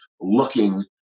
looking